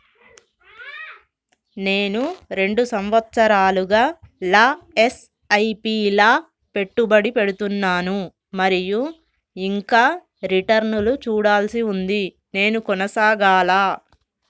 నేను రెండు సంవత్సరాలుగా ల ఎస్.ఐ.పి లా పెట్టుబడి పెడుతున్నాను మరియు ఇంకా రిటర్న్ లు చూడాల్సి ఉంది నేను కొనసాగాలా?